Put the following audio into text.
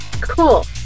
Cool